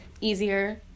easier